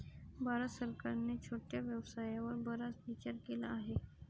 भारत सरकारने छोट्या व्यवसायावर बराच विचार केला आहे